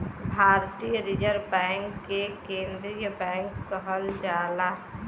भारतीय reserve bank के केन्द्रीय बैंक कहल जाला